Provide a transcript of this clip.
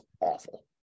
awful